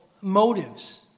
motives